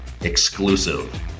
Exclusive